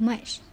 march